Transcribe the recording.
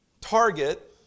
target